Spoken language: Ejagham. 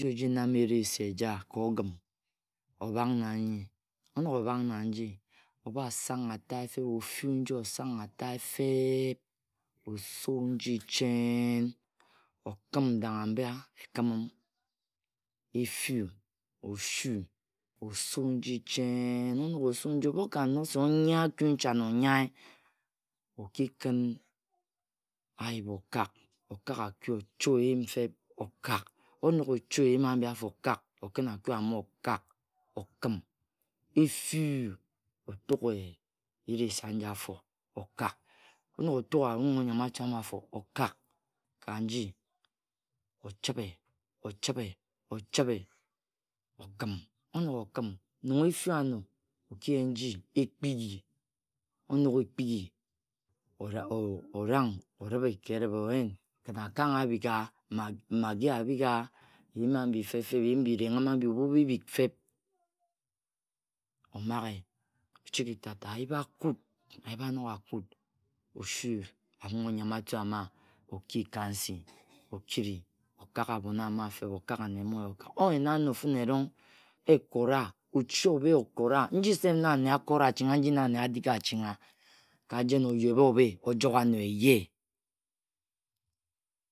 Tig oji-nam eresi eja ka ogim obhak na nyi. Onog ebhak na nyi. onog obhak na nji, obha sang atae feb, ofui nji, osang atae feb, osu nji chen, okhim ndangha-mba ekhium, efu, oshu, osu nji chen, ebhu oka-not se onjae aku nchane onyae, okikhin ayip okak, okak aku, ocho-eyin fet okak. Onog ocho-eyim abhi- afo okak, okin aku ama akak, okhim, efu-u, oLuk eresi aji-afo okak. Orog-otuk abhing onyam-atu ama-afo okak ka nji, ochibhe ochibhe, ochibhe, okhim, onog onog-okhim, nong efua-ano. okiyen nji ekpigi, enog-ekpigi o- orang oribhe ka eribhe oyen kin akang abhigha, magi abhigha, Eyin abhi fe-feb, eyim mbirenghm abi. ebhu bibhigfeb omage, ochigi ta-ta ayip akut, ayip anog-akut, oshuu abhing-onyam-atu ama oki ka nsi. Okiri, okak abhon ama feb, okak ane mma, oyena ano finerong eкога, ochi-obhe окоrа, nji self na ane akora achingha, nji na ane adig-achingha ka jen oyed obhe ojogano eyeh